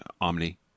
Omni